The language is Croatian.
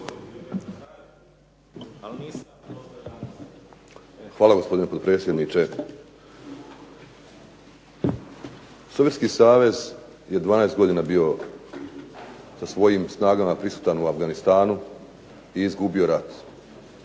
Hvala gospodine potpredsjedniče. Sovjetski savez je 12 godina bio sa svojim snagama prisutan u Afganistanu i izgubio rat.